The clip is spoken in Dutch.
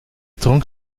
dronk